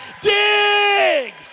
dig